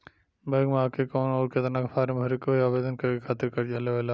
Bank मे आ के कौन और केतना फारम भरे के होयी आवेदन करे के खातिर कर्जा लेवे ला?